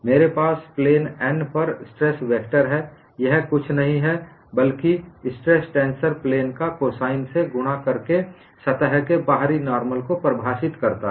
मेरे पास plane n पर स्ट्रेस वेक्टर है यह कुछ नही बल्कि स्ट्रेस टेंसर प्लेन को कोसाईन से गुणा करके सतह के बाहरी नार्मल को परिभाषित करता है